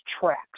tracks